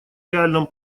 реальном